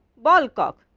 ball cock!